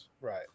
Right